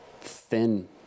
thin